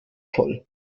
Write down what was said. toll